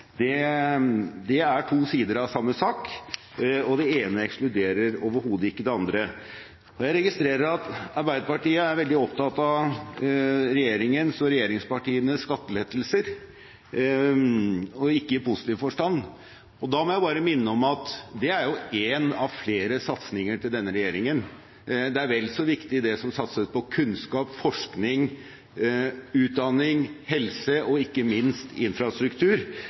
velstand. Det er to sider av samme sak, og det ene ekskluderer overhodet ikke det andre. Jeg registrerer at Arbeiderpartiet er veldig opptatt av regjeringens og regjeringspartienes skattelettelser og ikke i positiv forstand. Da må jeg bare minne om at det er jo en av flere satsinger til denne regjeringen. Det er vel så viktig det som satses på kunnskap, forskning, utdanning og helse og ikke minst infrastruktur